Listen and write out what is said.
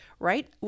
Right